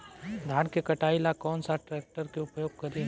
धान के कटाई ला कौन सा ट्रैक्टर के उपयोग करी?